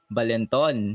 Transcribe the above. Balenton